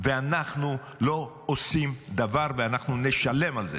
ואנחנו לא עושים דבר, ואנחנו נשלם על זה.